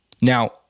Now